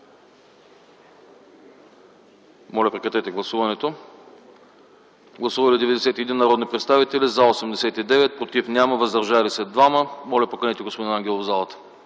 предложение. Гласували 91 народни представители: за 89, против няма, въздържали се 2. Моля, поканете господин Ангелов в залата.